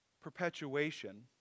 perpetuation